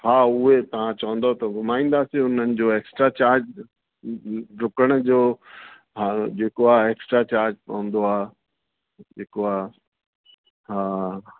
हा उहे तव्हां चवंदव त घुमाईंदासीं उन्हनि जो एक्स्ट्रा चार्ज रुकण जो हा जेको आहे एक्स्ट्रा चार्ज पवंदो आहे जेको आहे हा